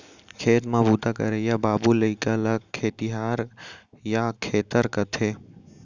खेत म बूता करइया बाबू लइका ल खेतिहार या खेतर कथें